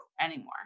anymore